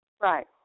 Right